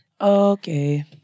Okay